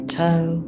toe